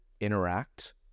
interact